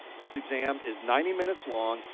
this exam is ninety minutes long,